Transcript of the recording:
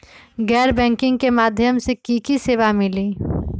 गैर बैंकिंग के माध्यम से की की सेवा मिली?